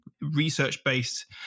research-based